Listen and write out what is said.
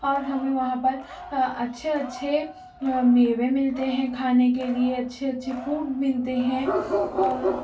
اور ہمیں وہاں پر اچّھے اچّھے میوے ملتے ہیں کھانے کے لیے اچھے اچھے فروٹ ملتے ہیں اور